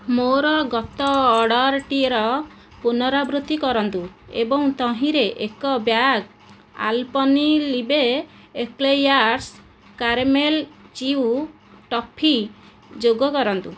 ମୋର ଗତ ଅର୍ଡ଼ର୍ଟିର ପୁନରାବୃତ୍ତି କରନ୍ତୁ ଏବଂ ତହିଁରେ ଏକ bag Alpenliebe eclairs caramel chewy toffee ଯୋଗ କରନ୍ତୁ